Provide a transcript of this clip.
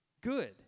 good